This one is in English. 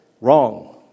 wrong